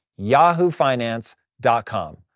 yahoofinance.com